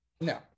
No